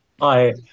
Hi